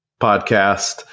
podcast